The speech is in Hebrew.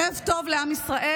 ערב טוב לעם ישראל.